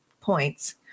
points